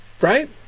Right